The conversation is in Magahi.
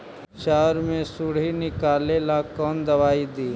चाउर में से सुंडी निकले ला कौन दवाई दी?